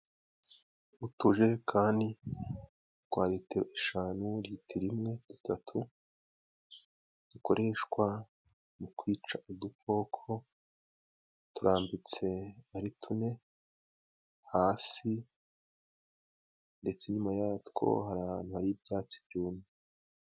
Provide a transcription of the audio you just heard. Utujerekani twa litiro eshanu ,litiro rimwe, eshatu ,zikoreshwa mu kwica udukoko . Turambitse ari tune hasi ndetse nyuma yatwo hari ahantu hari ibyatsi byumye.